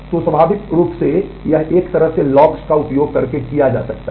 तो स्वाभाविक रूप से एक तरह से यह लॉक्स का उपयोग करके किया जा सकता है